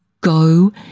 Go